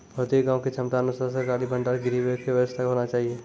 प्रत्येक गाँव के क्षमता अनुसार सरकारी भंडार गृह के व्यवस्था होना चाहिए?